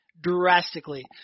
drastically